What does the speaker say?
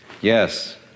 yes